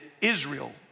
Israel